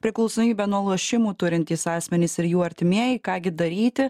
priklausomybę nuo lošimų turintys asmenys ir jų artimieji ką gi daryti